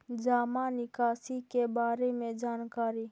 जामा निकासी के बारे में जानकारी?